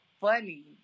funny